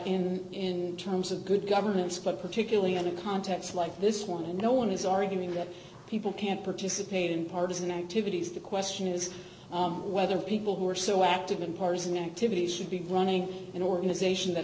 and in terms of good governance but particularly in a context like this one and no one is arguing that people can't participate in partisan activities the question is whether people who are so active in partisan activities should be running an organization that